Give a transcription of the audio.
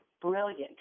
brilliant